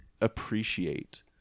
appreciate